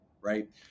right